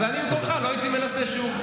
אז אני במקומך לא הייתי מנסה שוב.